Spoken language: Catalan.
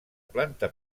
planta